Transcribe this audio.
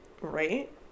Right